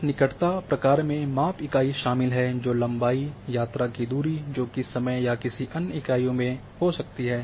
इस निकटता में माप इकाई शामिल है जो लंबाई यात्रा की दूरी जोकि समय या किसी अन्य इकाइयों में हो सकती है